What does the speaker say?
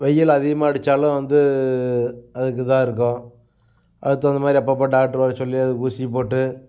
வெயில் அதிகமாக அடித்தாலும் வந்து அதுக்கு இதாருக்கும் அதுக்கு தகுந்தமாதிரி அப்பப்போ டாக்டரை வரச்சொல்லி அதுக்கு ஊசி போட்டு